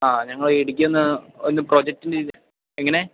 ആ ഞങ്ങൾ ഇടുക്കിയിൽ ഒന്ന് ഒരു പ്രോജക്ടിൻ്റെ ഇത് എങ്ങനെ